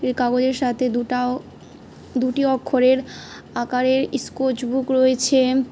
এর কাগজের সাথে দুটাও দুটি অক্ষরের আকারের স্কেচ বুক রয়েছে